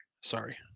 sorry